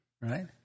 Right